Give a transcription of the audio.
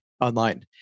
online